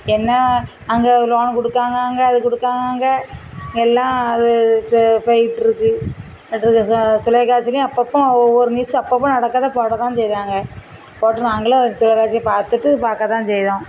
என்ன அங்கே லோனு கொடுத்தாங்க அங்கே அது கொடுத்தாங்க அங்கே எல்லாம் அது செ போயிட்டுருக்கு தொலைக்காட்சிலேயும் அப்போப்ப ஒவ்வொரு நியூஸு அப்போப்ப நடக்கிறத போட தான் செய்கிறாங்க போட்டு நாங்களும் அந்த தொலைக்காட்சியை பார்த்துட்டு பார்க்க தான் செய்கிறோம்